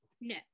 no